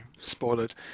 spoiled